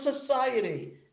society